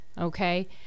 okay